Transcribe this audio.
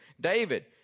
David